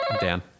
Dan